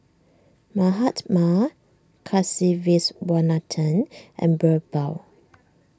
Mahatma Kasiviswanathan and Birbal